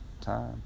time